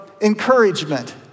encouragement